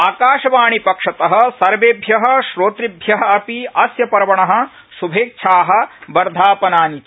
आकाशवाणीपक्षत सर्वेभ्य श्रोतृभ्य अपि अस्य पर्वण श्भेच्छा वर्धापनानि च